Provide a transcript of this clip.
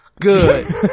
Good